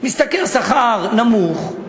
משתכר שכר נמוך,